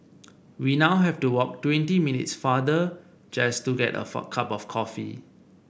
we now have to walk twenty minutes farther just to get of a cup of coffee